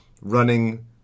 running